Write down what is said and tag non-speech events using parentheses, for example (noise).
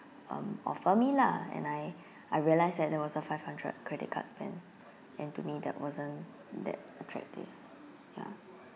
um offer me lah and I (breath) I realise that that was a five hundred credit card spend and to me that wasn't that attractive ya